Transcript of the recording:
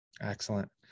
Excellent